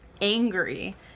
angry